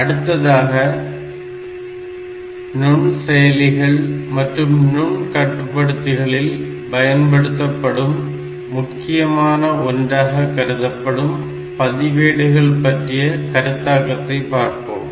அடுத்ததாக நுண்செயலிகள் மற்றும் நுண்கட்டுப்படுத்திகளில் பயன்படுத்தப்படும் முக்கியமான ஒன்றாக கருதப்படும் பதிவேடுகள் பற்றிய கருத்தாக்கத்தை பார்ப்போம்